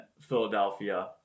Philadelphia